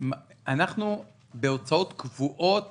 בהוצאות קבועות